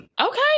okay